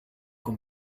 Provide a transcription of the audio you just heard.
con